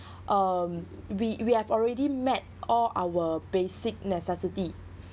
um we we have already met all our basic necessity